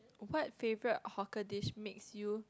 what favorite hawker dish makes you